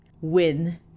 win